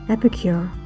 Epicure